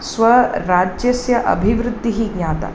स्वराज्यस्य अभिवृद्धिः ज्ञाता